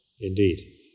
Indeed